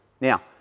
Now